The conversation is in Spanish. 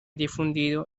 difundido